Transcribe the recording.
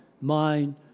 mind